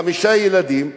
חמישה ילדים,